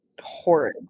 Horrid